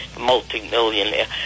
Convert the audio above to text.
multi-millionaire